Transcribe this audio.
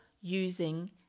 using